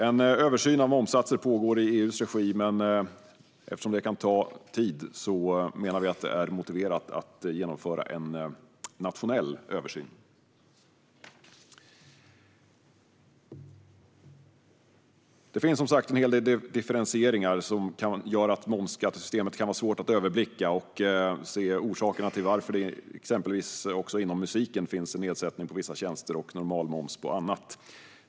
En översyn av momssatser pågår i EU:s regi, men eftersom det kan ta tid menar vi att det är motiverat att genomföra en nationell översyn. Det finns som sagt en hel del differentieringar som gör att mervärdesskattesystemet kan vara svårt att överblicka. Det kan vara svårt att se orsakerna till att det exempelvis inom musiken finns en nedsättning på vissa tjänster och normal moms på annat.